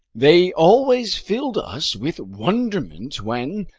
they always filled us with wonderment when,